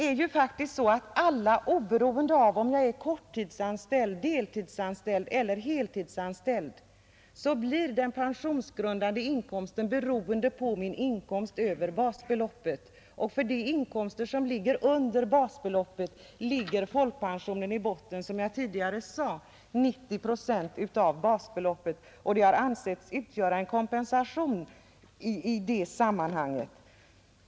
Det är faktiskt så att för alla, oberoende av om de är korttidsanställda, deltidsanställda eller heltidsanställda, blir den pensionsgrundande inkomsten beroende av inkomsten över basbeloppet. För de inkomster som ligger under basbeloppet finns folkpensionen i botten, och den utgör, som jag tidigare sade, 90 procent av basbeloppet. Det har ansetts vara en grundkompensation för alla.